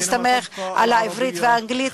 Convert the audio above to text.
מסתמך על העברית והאנגלית,